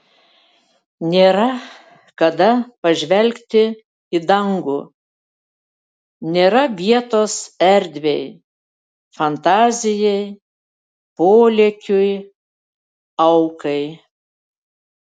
nėra kada pažvelgti į dangų nėra vietos erdvei fantazijai polėkiui aukai